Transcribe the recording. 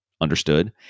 understood